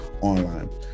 online